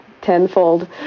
tenfold